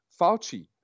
Fauci